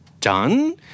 done